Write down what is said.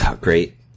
great